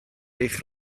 eich